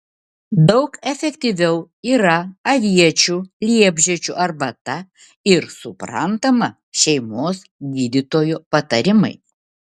daug efektyviau yra aviečių liepžiedžių arbata ir suprantama šeimos gydytojo patarimai